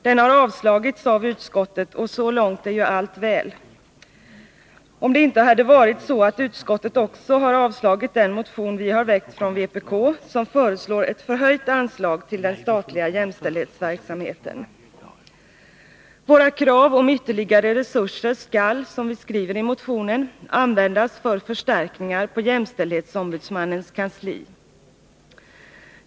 Den har avstyrkts av utskottet, och så långt är ju allt väl — om det inte hade varit så att utskottet också har avstyrkt den motion vi har väckt från vpk, som föreslår ett förhöjt anslag till den statliga jämställdhetsverksamheten. Våra krav på ytterligare resurser skall, som vi skriver i motionen, användas för förstärkningar på jämställdhetsombudsmannens kansli.